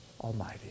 Almighty